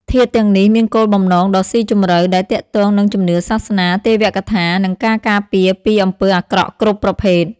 ធាតុទាំងនេះមានគោលបំណងដ៏ស៊ីជម្រៅដែលទាក់ទងនឹងជំនឿសាសនា ទេវកថា និងការការពារពីអំពើអាក្រក់គ្រប់ប្រភេទ។